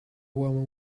warmer